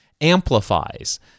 amplifies